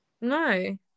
No